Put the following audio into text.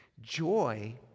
Joy